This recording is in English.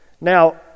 Now